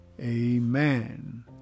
amen